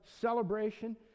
celebration